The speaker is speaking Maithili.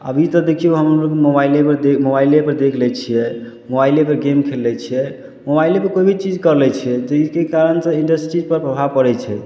अभी तऽ देखियौ हम मोबाइले पर देख मोबाइले पर देख लै छियै मोबाइले पर गेम खेल लै छियै मोबाइले पर कोइ भी चीज कऽ लै छियै तऽ एहिके कारण से इंडस्ट्री पर प्रभाब पड़ै छै